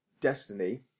Destiny